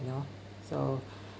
you know so